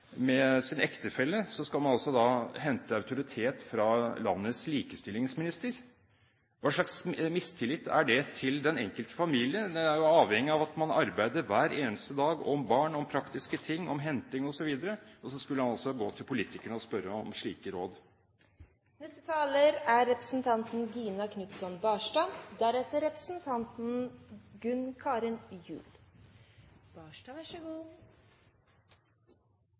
sin ektefelle, skal hente autoritet fra landets likestillingsminister. Hva slags mistillit er det til den enkelte familie? Familien er jo avhengig av at man hver eneste dag samarbeider, om barn, om praktiske ting, om henting, osv. Og så skulle man altså gå til politikerne og spørre om slike råd! Jeg skal være helt kort. Det er